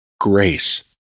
grace